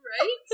right